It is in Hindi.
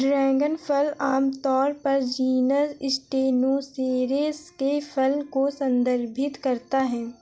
ड्रैगन फल आमतौर पर जीनस स्टेनोसेरेस के फल को संदर्भित करता है